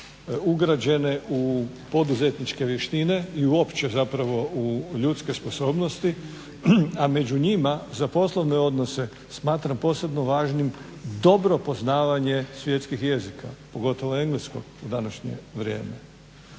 ugrađene u poduzetničke vještine i uopće u ljudske sposobnosti, a među njima za poslovne odnose smatram posebno važnim dobro poznavanje svjetskih jezika pogotovo engleskog u današnje vrijeme.